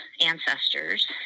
ancestors